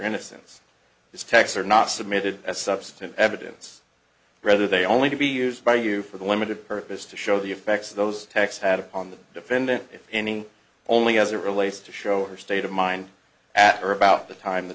innocence is techs are not submitted as substantive evidence rather they only to be used by you for the limited purpose to show the effects of those attacks had upon the defendant if any only as it relates to show or state of mind at or about the time the